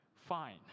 fine